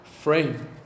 frame